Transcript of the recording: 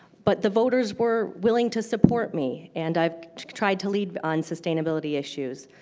but the voters were willing to support me. and i've tried to lead on sustainability issues.